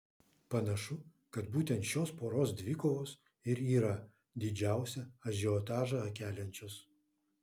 panašu kad būtent šios poros dvikovos ir yra didžiausią ažiotažą keliančios